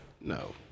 No